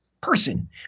person